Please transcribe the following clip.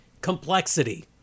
Complexity